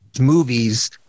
movies